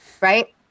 right